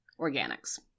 Organics